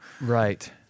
Right